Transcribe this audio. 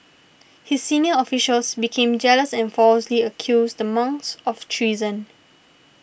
his senior officials became jealous and falsely accused the monks of treason